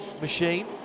machine